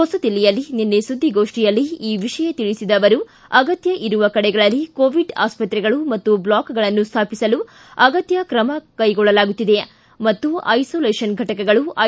ಹೊಸದಿಲ್ಲಿಯಲ್ಲಿ ನಿನ್ನೆ ಸುದ್ದಿಗೋಷ್ಠಿಯಲ್ಲಿ ಈ ವಿಷಯ ತಿಳಿಸಿದ ಅವರು ಅಗತ್ಯ ಇರುವ ಕಡೆಗಳಲ್ಲಿ ಕೋವಿಡ್ ಆಸ್ಪತ್ರೆಗಳು ಮತ್ತು ಬ್ಲಾಕ್ಗಳನ್ನು ಸ್ಥಾಪಿಸಲು ಅಗತ್ಯ ಕ್ರಮಗಳನ್ನು ಕೈಗೊಳ್ಳಲಾಗುತ್ತಿದೆ ಮತ್ತು ಐಸೊಲೇಷೆನ್ ಫಟಕಗಳು ಐ